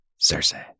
cersei